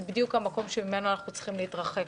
בדיוק המקום שממנו אנחנו צריכים להתרחק.